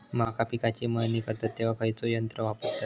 मका पिकाची मळणी करतत तेव्हा खैयचो यंत्र वापरतत?